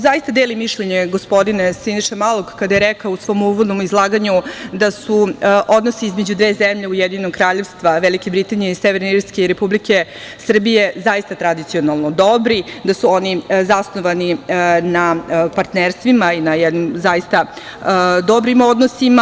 Zaista delim mišljenje gospodina Siniše Malog, kada je rekao u svom uvodnom izlaganju da su odnosi između dve zemlje Ujedinjenog Kraljevstva Velike Britanije iz Severne Irske i Republike Srbije, zaista tradicionalno dobri, da su oni zasnovani na partnerstvima i dobrim odnosima.